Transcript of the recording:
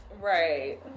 Right